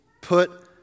put